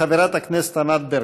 חברת הכנסת ענת ברקו.